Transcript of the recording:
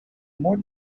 more